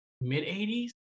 mid-80s